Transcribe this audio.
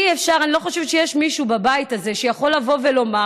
אני לא חושבת שיש מישהו בבית הזה שיכול לומר לבוא ולומר